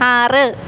ആറ്